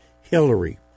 Hillary